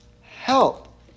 help